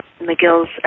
McGill's